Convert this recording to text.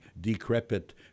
decrepit